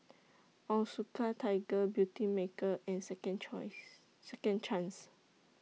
Onitsuka Tiger Beautymaker and Second Chance